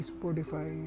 Spotify